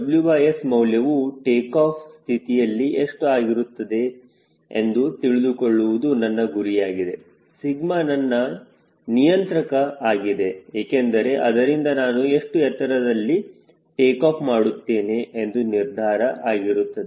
WS ಮೌಲ್ಯವು takeoff ಸ್ಥಿತಿಯಲ್ಲಿ ಎಷ್ಟು ಆಗಿರುತ್ತದೆ ಎಂದು ತಿಳಿದುಕೊಳ್ಳುವುದು ನನ್ನ ಗುರಿಯಾಗಿದೆ ಸಿಗ್ಮ ನನ್ನ ನಿಯಂತ್ರಕ ಆಗಿದೆ ಏಕೆಂದರೆ ಇದರಿಂದ ನಾನು ಎಷ್ಟು ಎತ್ತರದಲ್ಲಿ ಟೇಕಾಫ್ ಮಾಡುತ್ತೇನೆ ಎಂದು ನಿರ್ಧಾರ ಆಗಿರುತ್ತದೆ